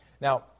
Now